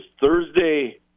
Thursday